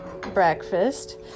breakfast